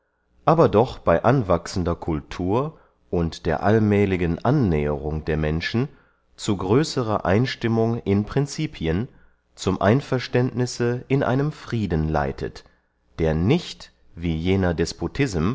aber doch bey anwachsender cultur und der allmähligen annäherung der menschen zu größerer einstimmung in principien zum einverständnisse in einem frieden leitet der nicht wie jener despotism